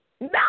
No